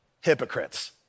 hypocrites